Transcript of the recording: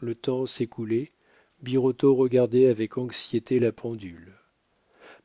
le temps s'écoulait birotteau regardait avec anxiété la pendule